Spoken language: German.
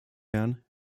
herren